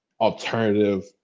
alternative